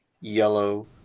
yellow